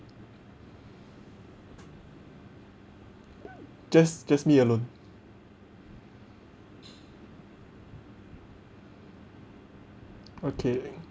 just just me alone okay